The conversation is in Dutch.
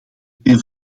ben